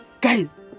guys